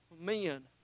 men